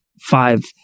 five